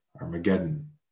Armageddon